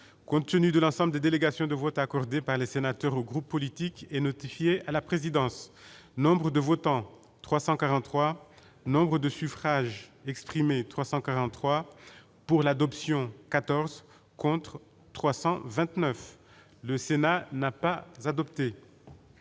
compte tenu de l'ensemble des délégations de vote accordé par les sénateurs aux groupes politiques et notifié à la présidence Nombre de votants : 343 Nombre de suffrages exprimés 343 pour l'adoption 14 contre 329 le Sénat n'a pas adopté.